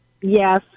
yes